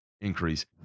increase